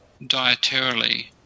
dietarily